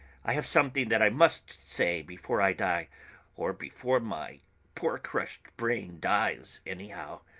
i have something that i must say before i die or before my poor crushed brain dies anyhow.